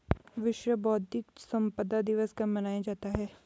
विश्व बौद्धिक संपदा दिवस कब मनाया जाता है?